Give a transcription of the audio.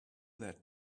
that